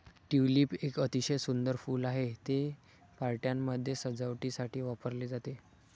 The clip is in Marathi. ट्यूलिप एक अतिशय सुंदर फूल आहे, ते पार्ट्यांमध्ये सजावटीसाठी वापरले जाते